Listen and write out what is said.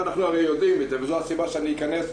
ואנחנו הרי יודעים את זה וזו הסיבה שאני אכנס,